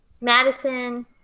Madison